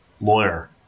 lawyer